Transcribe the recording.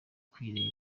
kuyireba